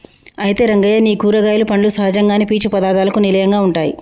అయితే రంగయ్య నీ కూరగాయలు పండ్లు సహజంగానే పీచు పదార్థాలకు నిలయంగా ఉంటాయి